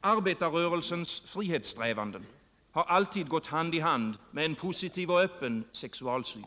Arbetarrörelsens frihetssträvanden har alltid gått hand i hand med en positiv och öppen sexualsyn.